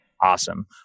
Awesome